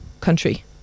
country